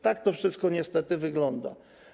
Tak to wszystko niestety wygląda.